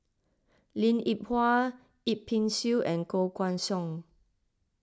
Linn in Hua Yip Pin Xiu and Koh Guan Song